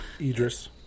idris